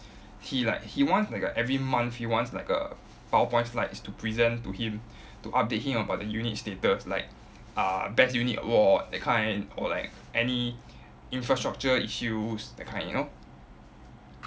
he like he wants like a every month he wants like a powerpoint slides to present to him to update him about the unit status like uh best unit award that kind or like any infrastructure issues that kind you know